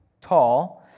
tall